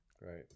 right